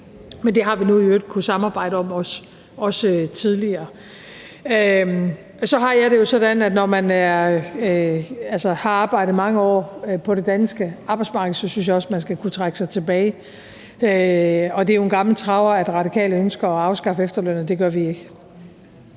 Men det har vi nu i øvrigt også kunnet samarbejde om tidligere. Så har jeg det jo sådan, at når man har arbejdet mange år på det danske arbejdsmarked, skal man også kunne trække sig tilbage, og det er jo en gammel traver, at Radikale ønsker at afskaffe efterlønnen, og det gør vi ikke.